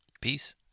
peace